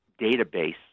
database